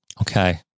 Okay